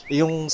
yung